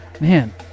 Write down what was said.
Man